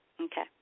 Okay